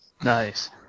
Nice